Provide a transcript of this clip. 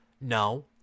No